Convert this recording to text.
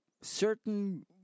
certain